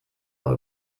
auch